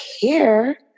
care